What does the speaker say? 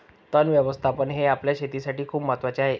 तण व्यवस्थापन हे आपल्या शेतीसाठी खूप महत्वाचे आहे